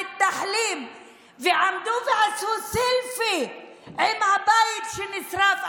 עמדו ועשו סלפי עם הבית שנשרף.